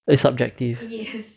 it's subjective